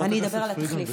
חברת הכנסת פרידמן,